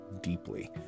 deeply